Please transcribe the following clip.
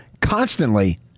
constantly